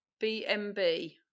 BMB